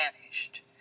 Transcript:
vanished